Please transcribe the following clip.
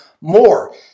more